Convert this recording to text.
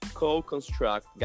co-construct